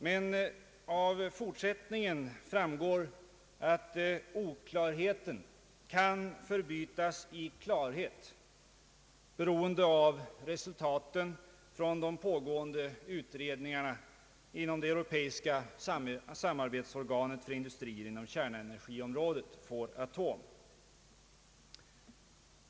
Men av fortsättningen framgår att oklarheten kan förbytas i klarhet genom resultaten av de pågående utredningarna inom det europeiska samarbetsorganet för industrier inom kärnenergiområdet, Foratom.